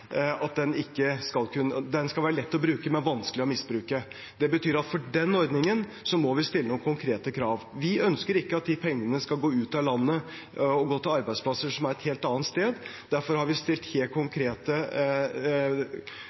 den skal være lett å bruke, men vanskelig å misbruke. Det betyr at for den ordningen må vi stille noen konkrete krav. Vi ønsker ikke at de pengene skal gå ut av landet og gå til arbeidsplasser som er et helt annet sted. Derfor har vi stilt helt konkrete